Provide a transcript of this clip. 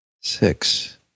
Six